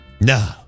no